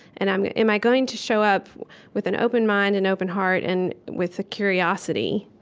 and am am i going to show up with an open mind, an open heart, and with curiosity?